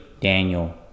Daniel